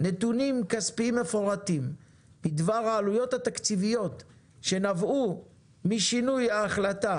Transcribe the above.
נתונים כספיים מפורטים בדבר העלויות התקציביות שנבעו משינוי ההחלטה.